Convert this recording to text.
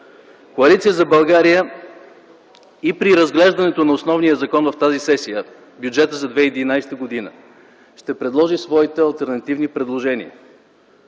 Коалиция за България и при разглеждането на основния закон в тази сесия – бюджета за 2011 г., ще предложи своите алтернативни предложения,